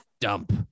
dump